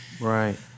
right